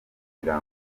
kugira